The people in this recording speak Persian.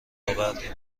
آوردیم